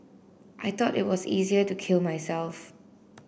I thought it was easier to kill myself